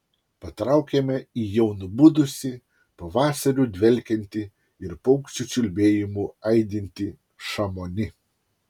patraukėme į jau nubudusį pavasariu dvelkiantį ir paukščių čiulbėjimu aidintį šamoni